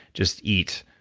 just eat,